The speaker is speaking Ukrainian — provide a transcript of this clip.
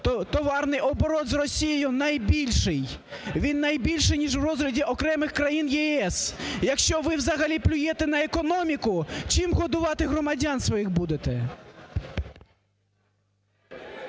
Товарний оборот з Росією – найбільший, він найбільший ніж в розгляді окремих країн ЄС. Якщо ви взагалі плюєте на економіку, чим годувати громадян своїх будете?